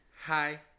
Hi